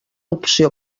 opció